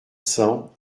cents